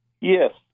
Yes